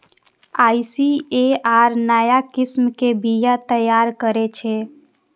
ICAR नया किस्म के बीया तैयार करै छै